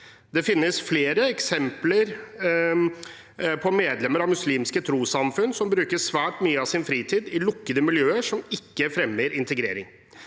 Det finnes flere eksempler på medlemmer av muslimske trossamfunn som bruker svært mye av sin fritid i lukkede miljøer som ikke fremmer integrering.